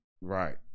Right